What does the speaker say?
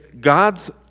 God's